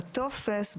בטופס,